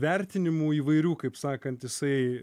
vertinimų įvairių kaip sakant jisai